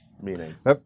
meanings